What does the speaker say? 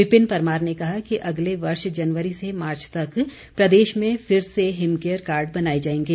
विपिन परमार ने कहा कि अगले वर्ष जनवरी से मार्च तक प्रदेश में फिर से हिमकेयर कार्ड बनाए जाएंगे